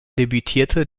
debütierte